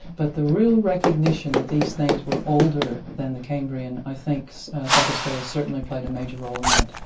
but the real recognition that these things were older than the cambrian, i think south australia certainly played a major role in that.